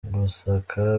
gusaka